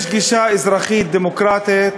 יש גישה אזרחית דמוקרטית